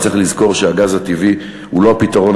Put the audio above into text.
אבל צריך לזכור שהגז הטבעי הוא לא הפתרון